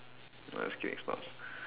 nah just kidding it's not